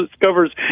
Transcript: discovers